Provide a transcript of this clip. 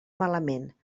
malament